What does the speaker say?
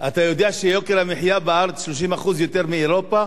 אתה יודע שיוקר המחיה בארץ הוא 30% יותר מבאירופה?